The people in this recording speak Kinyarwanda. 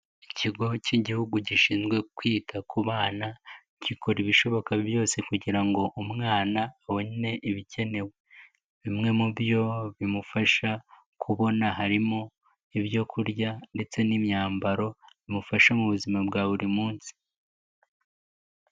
Ikigo cy'igihugu gishinzwe kwita ku bana, gikora ibishoboka byose kugira ngo umwana abone ibikenewe, bimwe mu byo bimufasha kubona, harimo ibyo kurya, ndetse n'imyambaro bimufasha mu buzima bwa buri munsi.